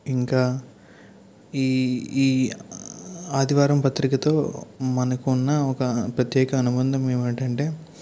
ఇంకా ఈ ఈ ఆదివారం పత్రికతో మనకు ఉన్న ఒక ప్రత్యేక అనుబంధం ఏమిటి అంటే